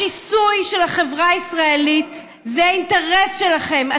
השיסוע של החברה הישראלית הוא אינטרס שלכם,